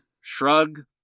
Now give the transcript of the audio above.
Shrug